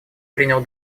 принял